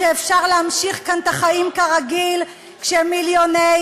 שאפשר להמשיך כאן את החיים כרגיל כשמיליוני